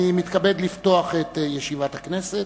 אני מתכבד לפתוח את ישיבת הכנסת,